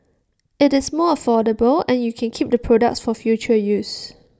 IT is more affordable and you can keep the products for future use